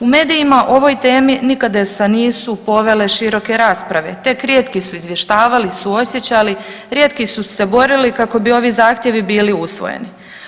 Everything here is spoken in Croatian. U medijima o ovoj temi nikada se nisu povele široke rasprave, tek rijetki su izvještavali, suosjećali, rijetki su se borili kako bi ovi zahtjevi bili usvojeni.